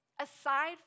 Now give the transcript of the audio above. Aside